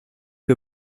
que